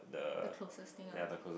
the closest thing uh